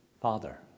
father